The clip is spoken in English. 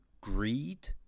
Greed